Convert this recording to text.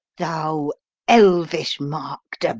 thou elvish-mark'd,